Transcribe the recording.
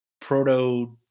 proto